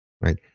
right